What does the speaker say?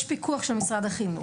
יש פיקוח של משרד החינוך.